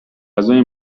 غذای